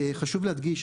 חשוב להדגיש,